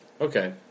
Okay